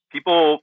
People